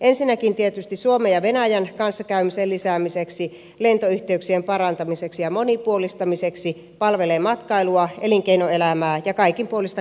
ensinnäkin tietysti suomen ja venäjän kanssakäymisen lisäämiseksi lentoyhteyksien parantamiseksi ja monipuolistamiseksi se palvelee matkailua elinkeinoelämää ja kaikinpuolista kanssakäymistä